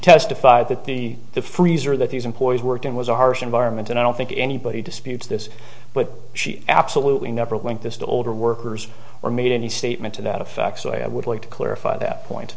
testified that the the freezer that these employees worked in was a harsh environment and i don't think anybody disputes this but she absolutely never went this to older workers or made any statement to that effect so i would like to clarify that point